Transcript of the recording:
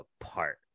apart